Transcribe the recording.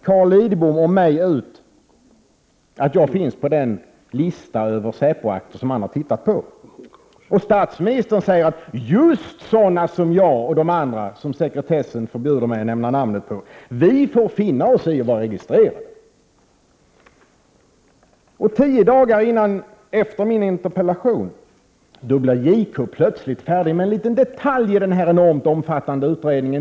Carl Lidbom läcker ut att jag finns på den lista över säpoakter som han har tittat på. Statsministern säger att just sådana som jag och de andra som sekretessen förbjuder mig att nämna namnen på, får finna sig i att vara registrerade. Tio dagar efter min interpellation blev JK plötsligt färdig med en liten detalj i denna enormt omfattande utredning.